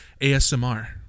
ASMR